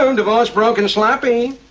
ah and divorced broke and sloppy.